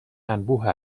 انبوه